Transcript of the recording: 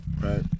Right